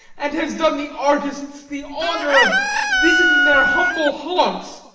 and has done the artists the honour of visiting their humble haunts.